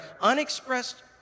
Unexpressed